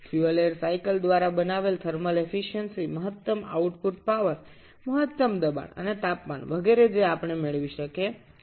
fuel air চক্র এর তাপ দক্ষতা যা সর্বাধিক শক্তি দেয় তা থেকে আমরা সর্বোচ্চ চাপ এবং তাপমাত্রা ইত্যাদি পেতে পারি